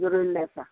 ज्यो रोंयल्ले आसा